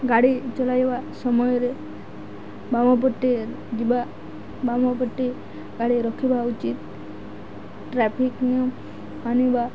ଗାଡ଼ି ଚଲାଇବା ସମୟରେ ବାମ ପଟେ ଯିବା ବାମ ପଟି ଗାଡ଼ି ରଖିବା ଉଚିତ ଟ୍ରାଫିକ୍ ନିୟମ ଆଣିବା